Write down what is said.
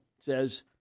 says